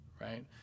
right